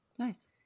Nice